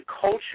culture